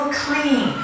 clean